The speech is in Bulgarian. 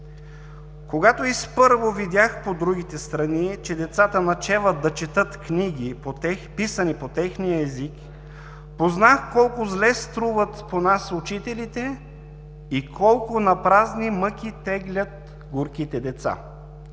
„Когато изпърво видях по другите страни, че децата начеват да четат на книги, писани по техния език, познах колко зле струват по нас учителите и колко напразно мъки теглят горките деца“